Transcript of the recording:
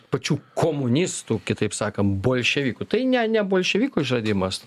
pačių komunistų kitaip sakant bolševikų tai ne ne bolševikų išradimas